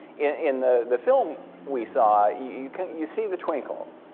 in the the film we saw you you see the twinkle,